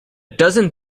dozen